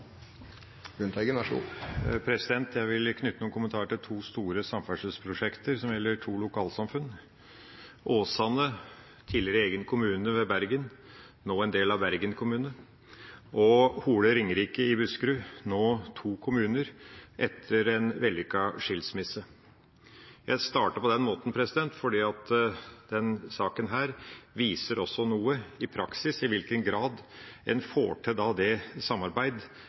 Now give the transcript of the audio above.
Jeg vil knytte noen kommentarer til to store samferdselsprosjekter som gjelder to lokalsamfunn, Åsane – tidligere egen kommune ved Bergen, nå en del av Bergen kommune – og Hole/Ringerike i Buskerud – nå to kommuner etter en vellykket skilsmisse. Jeg starter på denne måten fordi denne saken også viser i praksis i hvilken grad en får til det samarbeidet som er nødvendig mellom geografisk nærliggende områder. Det